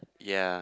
yea